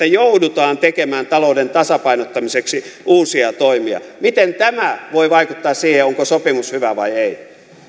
joudutaan tekemään talouden tasapainottamiseksi uusia toimia miten tämä voi vaikuttaa siihen onko sopimus hyvä vai ei